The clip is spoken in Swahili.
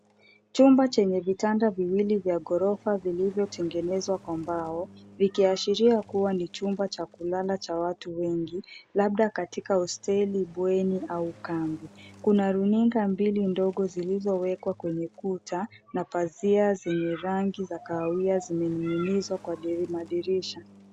Chumba chenye vitanda viwili ya ghorofa vilivyotengenezwa kwa mbao vikiashiria kuwa ni chumba cha kulala cha watu wengi. Labda katika hosteli, bweni au kampi. Kuna runinga mbili ndogo zilizowekwa kwenye kuta na pazia zenye rangi ya kahawia zimeningizwa kwa madirisha.